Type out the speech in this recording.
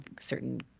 certain